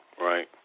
right